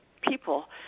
people